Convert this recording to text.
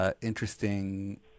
interesting